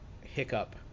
hiccup